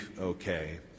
okay